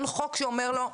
אין חוק שאומר לו שאסור.